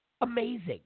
Amazing